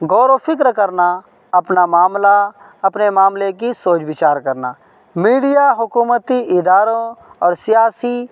غور و فکر کرنا اپنا معاملہ اپنے معاملے کی سوچ وچار کرنا میڈیا حکومتی اداروں اور سیاسی